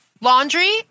Laundry